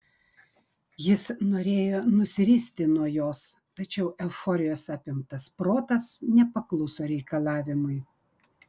jis norėjo nusiristi nuo jos tačiau euforijos apimtas protas nepakluso reikalavimui